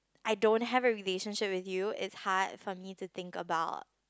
I don't have a relationship with you is hard for me to think about